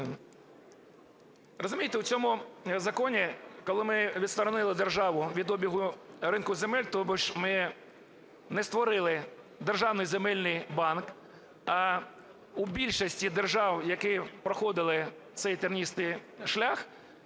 Розумієте, у цьому законі, коли ми відсторонили державу від обігу ринку земель, тобіш ми не створили державний земельний банк. А у більшості держав, які проходили цей тернистий шлях,